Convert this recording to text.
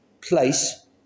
place